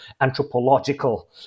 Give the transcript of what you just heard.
anthropological